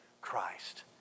Christ